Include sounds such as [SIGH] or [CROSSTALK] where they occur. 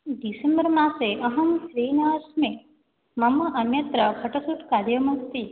December मासे अहं free नास्मि मम अन्यत्र [UNINTELLIGIBLE] कार्यम् अस्ति